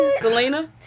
Selena